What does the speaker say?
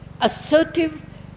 assertive